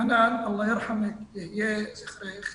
(חנאן = חמלה), חנאן, אללה ירחמך, יהיה זכרך ברוך.